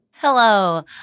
Hello